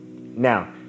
Now